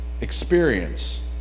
experience